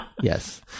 Yes